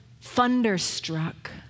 thunderstruck